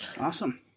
Awesome